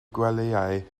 gwelyau